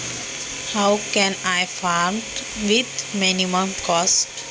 मी कमीत कमी खर्चात शेती कशी करू शकतो?